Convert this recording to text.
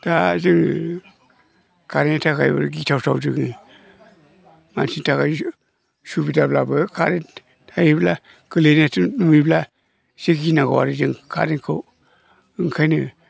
दा जोङो कारेन्टनि थाखायबो गिथावथाव जोङो मानसिनि थाखाय सुबिदाब्लाबो कारेन्ट थायोब्ला गोग्लैनायखौ नुयोब्ला एसे गिनांगौ आरो जों करेन्टखौ ओंखायनो